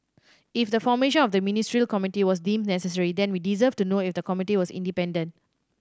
if the formation of the Ministerial Committee was deemed necessary then we deserve to know if the committee was independent